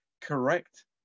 correct